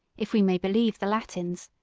if we may believe the latins,